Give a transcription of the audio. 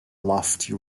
lofty